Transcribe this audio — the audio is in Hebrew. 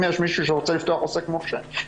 אם יש מישהו שרוצה לפתוח עוסק פטור,